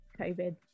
COVID